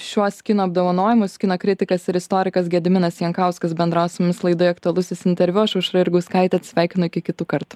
šiuos kino apdovanojimus kino kritikas ir istorikas gediminas jankauskas bendravo su mumis laidoje aktualusis interviu aš aušra jurgauskaitė atsisveikinu iki kitų kartų